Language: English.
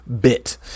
bit